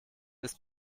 ist